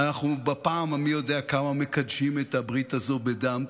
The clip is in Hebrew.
אנחנו בפעם המי-יודע-כמה מקדשים את הברית הזו בדם.